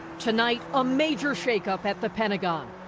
tonight, a major shakeup at the pentagon.